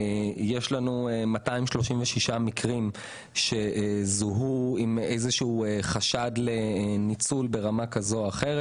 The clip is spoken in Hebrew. יש לנו 236 מקרים שזוהו עם איזשהו חשד לניצול ברמה כזו או אחרת.